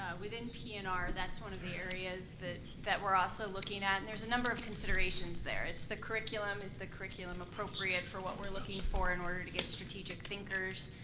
within p and r, that's one of the areas that we're also looking at. there's a number of considerations there. it's the curriculum, is the curriculum appropriate for what we're looking for in order to get strategic thinkers?